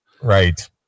Right